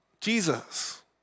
Jesus